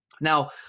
Now